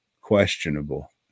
questionable